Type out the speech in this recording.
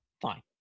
Fine